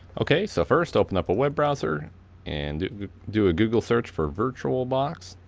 okay, so first open up a web browser and do a google search for virtualbox,